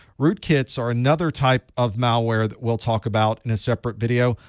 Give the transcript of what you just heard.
rootkits are another type of malware that we'll talk about in a separate video,